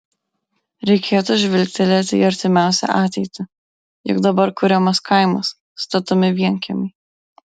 reikėtų žvilgtelėti į artimiausią ateitį juk dabar kuriamas kaimas statomi vienkiemiai